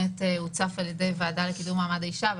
והוצף על ידי הוועדה לקידום מעמד האישה.